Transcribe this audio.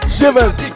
Shivers